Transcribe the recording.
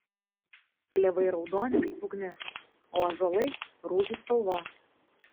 klevai raudoni kaip ugnis o ąžuolai rūdžių spalvos